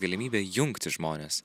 galimybė jungti žmones